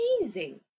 Amazing